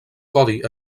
codi